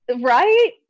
right